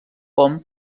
hom